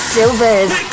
Silver's